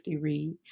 read